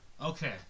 Okay